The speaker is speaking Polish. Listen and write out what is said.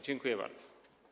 Dziękuję bardzo.